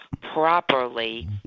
properly